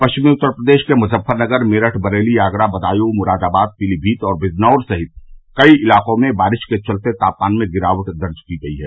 पश्चिमी उत्तर प्रदेश के मुजफ्फरनगर मेरठ बरेली आगरा बदायूं मुरादाबाद पीलीभीत और बिजनौर सहित कई इलाकों में बारिश के चलते तापमान में गिरावट दर्ज की गई है